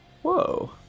Whoa